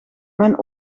mijn